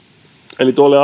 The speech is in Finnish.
eli tuolle